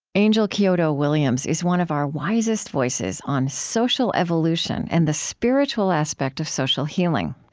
angel kyodo williams is one of our wisest voices on social evolution and the spiritual aspect of social healing.